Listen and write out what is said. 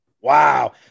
Wow